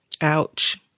Ouch